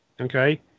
Okay